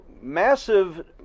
massive